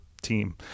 team